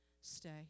Stay